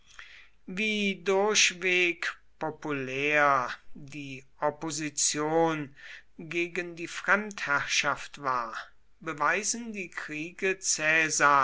wie durchweg populär die opposition gegen die fremdherrschaft war bewiesen die kriege